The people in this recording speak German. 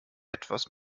etwas